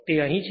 તો અહીં તે છે